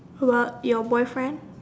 well your boyfriend